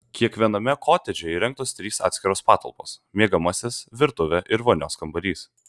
kiekviename kotedže įrengtos trys atskiros patalpos miegamasis virtuvė ir vonios kambarys